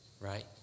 right